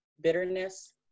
bitterness